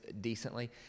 decently